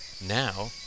now